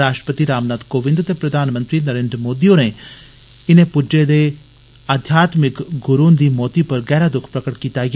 राश्ट्रपति रामनाथ कोविन्द ते प्रधानमंत्री नरेन्द्र मोदी होरें इनें पुज्जे दे आध्यात्मिक गुरु हुन्दी मौती पर गैहरा दुख जाहर कीता ऐ